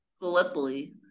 Gallipoli